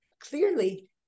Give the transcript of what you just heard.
clearly